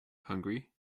hungary